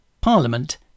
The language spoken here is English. Parliament